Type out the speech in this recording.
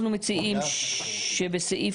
אנחנו מציעים שבסעיף